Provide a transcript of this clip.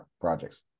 projects